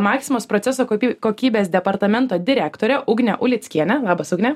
maksimos proceso kopy kokybės departamento direktorė ugnė ulickienė labas ugne